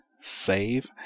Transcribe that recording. save